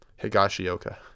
Higashioka